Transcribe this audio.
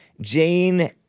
Jane